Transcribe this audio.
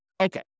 Okay